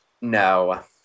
No